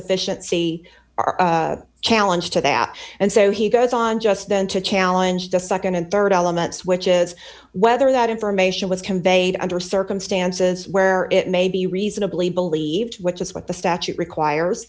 sufficiency challenge to that and so he goes on just then to challenge the nd and rd elements which is whether that information was conveyed under circumstances where it may be reasonably believed which is what the statute requires